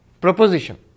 proposition